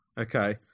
okay